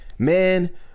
Man